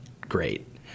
great